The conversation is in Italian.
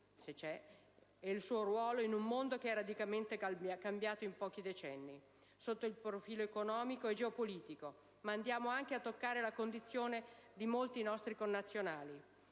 e il suo ruolo in un mondo che è radicalmente cambiato in pochi decenni, sotto il profilo economico e geopolitico, ma andiamo anche a toccare la condizione di molti nostri connazionali,